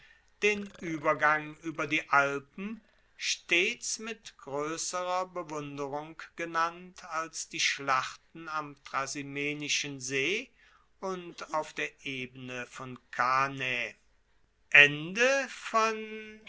den uebergang ueber die alpen stets mit groesserer bewunderung genannt als die schlachten am trasimenischen see und auf der ebene von cannae